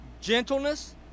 gentleness